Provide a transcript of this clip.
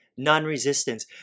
non-resistance